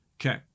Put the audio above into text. Okay